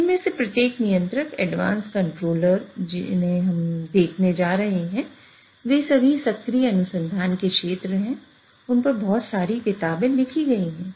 इनमें से प्रत्येक नियंत्रक एडवांस कंट्रोलर जिन्हें हम देखने जा रहे हैं वे सभी सक्रिय अनुसंधान के क्षेत्र हैं उन पर बहुत सारी किताबें लिखी गई हैं